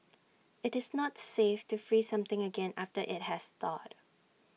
IT is not safe to freeze something again after IT has thawed